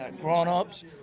grown-ups